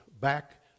back